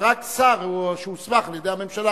רק שר שהוסמך על-ידי הממשלה,